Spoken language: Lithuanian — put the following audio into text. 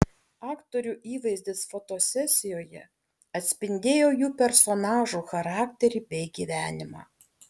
aktorių įvaizdis fotosesijoje atspindėjo jų personažų charakterį bei gyvenimą